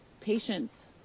patients